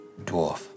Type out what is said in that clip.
dwarf